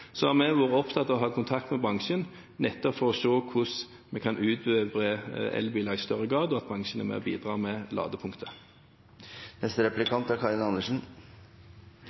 Så har vi vært opptatt av å ha kontakt med bransjen nettopp for å se på hvordan vi kan utbre elbiler i større grad, og at bransjen er med og bidrar med ladepunkter. Det er